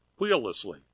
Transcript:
wheellessly